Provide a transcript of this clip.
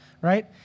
right